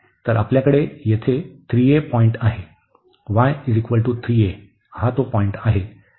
तर आपल्याकडे येथे 3a पॉईंट आहे y 3a पॉईंट आहे